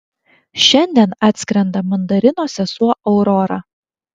šiandien atskrenda mandarino sesuo aurora